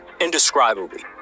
indescribably